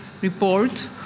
report